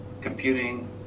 computing